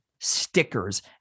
stickers